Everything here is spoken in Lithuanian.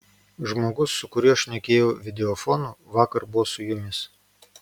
žmogus su kuriuo šnekėjau videofonu vakar buvo su jumis